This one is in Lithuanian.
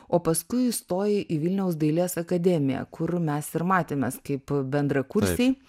o paskui įstojai į vilniaus dailės akademiją kur mes ir matėmės kaip bendrakursiai